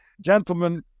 gentlemen